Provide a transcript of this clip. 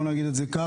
בוא נגיד את זה כך.